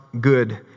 good